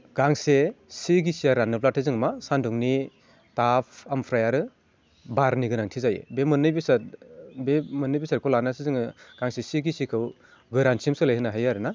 गांसे सि गिसिया राननोब्लाथाय जों मा सान्दुंनि भाफ ओमफ्राय आरो बारनि गोनांथि जायो बे मोननै बेसाद बे मोननै बेसादखौ लानासो जोङो गांसे सि गिसिखौ गोरानसिम सोलायहोनो हायो आरो ना